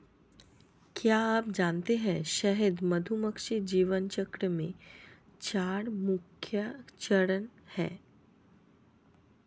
क्या आप जानते है शहद मधुमक्खी जीवन चक्र में चार मुख्य चरण है?